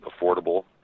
affordable